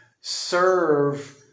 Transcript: serve